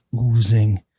oozing